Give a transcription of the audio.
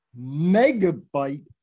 megabyte